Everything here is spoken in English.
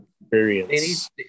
experience